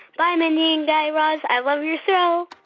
bye, mindy and guy raz. i love your so